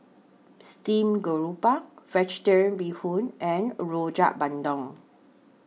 Stream Grouper Vegetarian Bee Hoon and Rojak Bandung